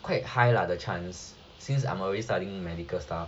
quite high lah the chance since I'm already studying medical stuff